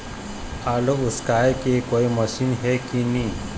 आलू उसकाय के कोई मशीन हे कि नी?